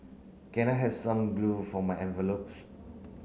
can I have some glue for my envelopes